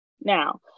Now